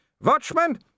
Watchman